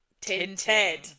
tinted